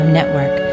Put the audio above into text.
Network